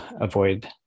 avoid